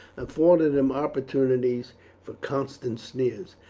afforded him opportunities for constant sneers.